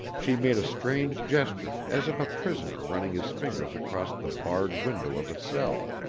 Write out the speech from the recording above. she made a strange gesture as of a prisoner running his fingers across the barred window of a cell.